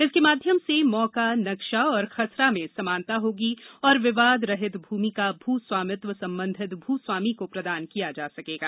इसके माध्यम से मौका नक्शा एवं खसरा में समानता होगी तथा विवाद रहित भूमि का भू स्वामित्व संबंधित भू स्वामी को प्रदान किया जा सकेगा